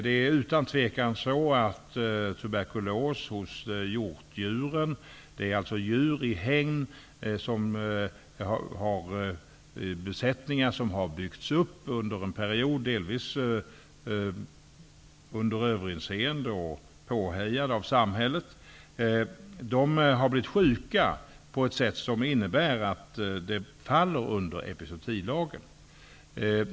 Det är utan tvivel på det sättet att hjortdjuren -- alltså besättningar av djur i hägn som har byggts upp under en period, delvis under överinseende och påhejat av samhället -- har blivit sjuka på ett sätt som innebär att det faller under epizootilagen.